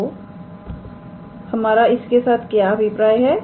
तो हमारा इसके साथ क्या अभिप्राय है